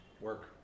work